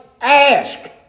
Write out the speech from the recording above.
Ask